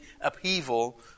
upheaval